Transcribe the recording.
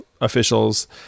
officials